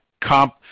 comp